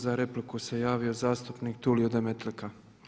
Za repliku se javio zastupnik Tulio Demetlika.